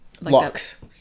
Locks